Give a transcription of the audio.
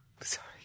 sorry